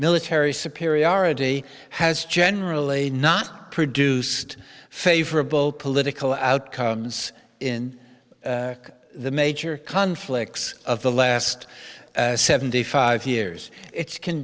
military superiority has generally not produced favorable political outcomes in the major conflicts of the last seventy five years it's can